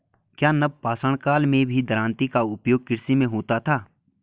क्या नवपाषाण काल में भी दरांती का उपयोग कृषि में होता था?